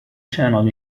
channel